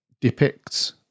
depicts